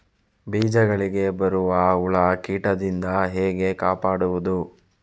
ಬೀಜಗಳಿಗೆ ಬರುವ ಹುಳ, ಕೀಟದಿಂದ ಹೇಗೆ ಕಾಪಾಡುವುದು?